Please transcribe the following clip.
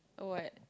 oh what